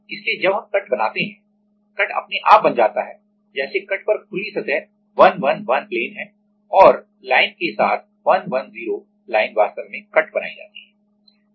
इसलिए जब हम कट बनाते हैं कट अपने आप बन जाता है जैसे कट पर खुली सतह 111 प्लेन है और लाइन के साथ 110 लाइन वास्तव में कट बनाई जाती है